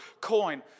coin